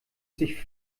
sich